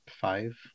five